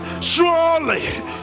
Surely